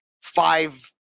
five